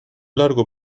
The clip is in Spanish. largo